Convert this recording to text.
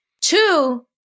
two